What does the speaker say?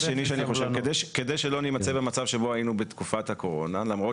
כדי שלא נימצא במצב שבו היינו בתקופת הקורונה - למרות